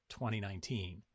2019